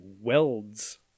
welds